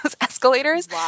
escalators